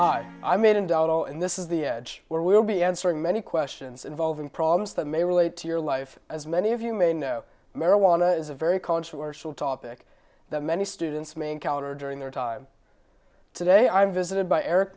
all and this is the edge where we will be answering many questions involving problems that may relate to your life as many of you may know marijuana is a very controversial topic that many students may encounter during their time today i visited by eric